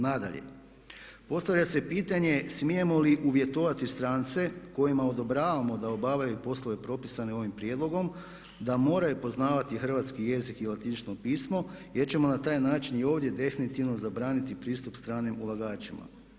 Nadalje, postavlja se pitanje smijemo li uvjetovati strance kojima odobravamo da obavljaju poslove propisane ovim prijedlogom, da moraju poznavati hrvatski jezik i latinično pismo, jer ćemo na taj način i ovdje definitivno zabraniti pristup stranim ulagačima.